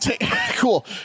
Cool